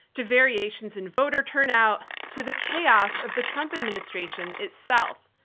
to variations in voter turnout, to the chaos of the trump administration itself.